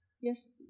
Yes